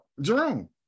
Jerome